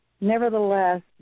Nevertheless